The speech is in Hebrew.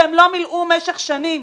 שהם לא מילאו במשך שנים,